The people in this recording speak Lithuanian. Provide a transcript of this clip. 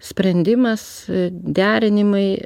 sprendimas derinimai